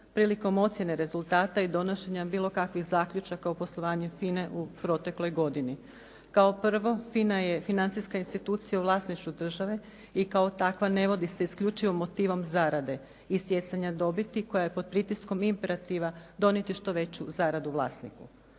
prilikom ocjene rezultata i donošenja bilo kakvih zaključaka o poslovanju FINA-e u protekloj godini. Kao prvo FINA je financijska institucija u vlasništvu države i kao takva ne vodi se isključivo motivom zarade i stjecanja dobiti koja je pod pritiskom imperativa donijeti što veću zaradu vlasniku.